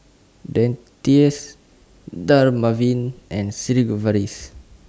Dentiste Dermaveen and Sigvaris